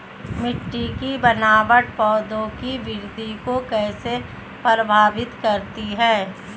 मिट्टी की बनावट पौधों की वृद्धि को कैसे प्रभावित करती है?